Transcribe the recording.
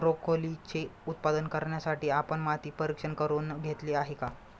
ब्रोकोलीचे उत्पादन करण्यासाठी आपण माती परीक्षण करुन घेतले आहे का?